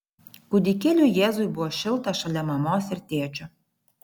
kūdikėliui jėzui buvo šilta šalia mamos ir tėčio